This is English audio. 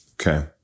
Okay